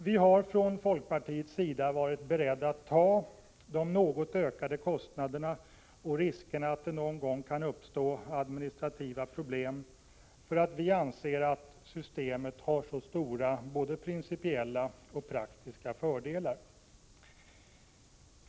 Vi har från folkpartiets sida varit beredda att ta de något ökade kostnaderna och riskerna att det någon gång uppstår administrativa problem därför att vi anser att det systemet har så stora både principiella och praktiska fördelar.